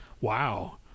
Wow